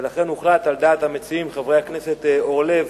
ולכן הוחלט על דעת המציעים, חברי הכנסת אורלב,